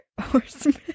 horseman